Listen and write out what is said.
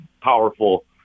powerful